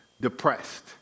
depressed